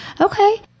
Okay